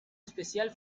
especial